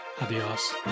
Adios